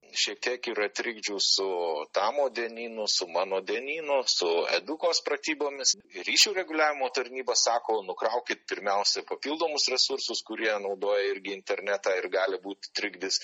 šiek tiek yra trikdžių su tamo dienynu su mano dienynu su edukos pratybomis ryšių reguliavimo tarnybos sako nukraukit pirmiausia papildomus resursus kurie naudoja irgi internetą ir gali būt trikdis